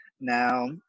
Now